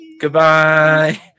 Goodbye